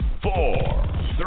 Four